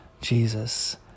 Jesus